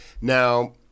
Now